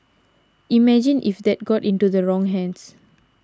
imagine if that got into the wrong hands